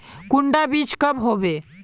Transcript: कुंडा बीज कब होबे?